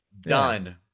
Done